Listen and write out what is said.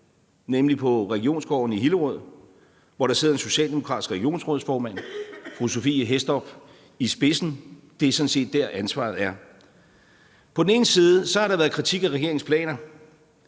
nemlig på Regionsgården i Hillerød, hvor der sidder en socialdemokratisk regionsrådsformand, fru Sophie Hæstorp Andersen, i spidsen. Det er sådan set der, ansvaret er. På den ene side har der været kritik af regeringens planer,